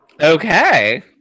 Okay